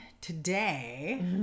today